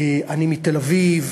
אני מתל-אביב,